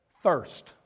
thirst